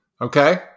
Okay